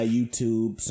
YouTube